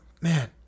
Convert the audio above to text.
man